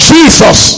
Jesus